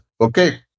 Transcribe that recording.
Okay